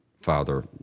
Father